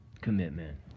commitment